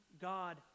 God